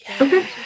Okay